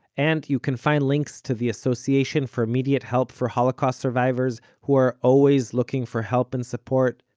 and you can find links to the association for immediate help for holocaust survivors, who are always looking for help and support,